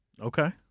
Okay